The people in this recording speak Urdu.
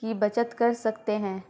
کی بچت کر سکتے ہیں